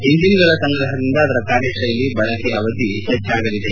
ಇಂಜಿನ್ಗಳ ಸಂಗ್ರಹದಿಂದ ಅದರ ಕಾರ್ಯತ್ನೆಲಿ ಬಳಕೆ ಅವಧಿ ಹೆಚ್ಚಲಿದೆ